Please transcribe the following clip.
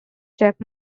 jack